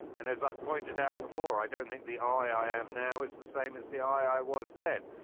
and as i've pointed out before, i don't think the i am now. it's the same as the i was then.